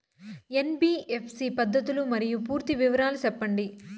NBFC పద్ధతులు మరియు పూర్తి వివరాలు సెప్పండి?